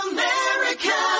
America